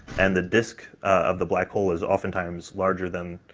and the disk of the black hole is oftentimes larger than,